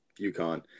UConn